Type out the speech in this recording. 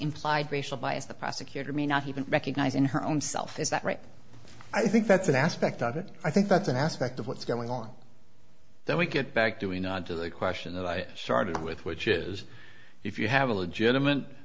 implied racial bias the prosecutor may not even recognize in her own self is that right i think that's an aspect of it i think that's an aspect of what's going on there we get back do we not to the question that i started with which is if you have a legitimate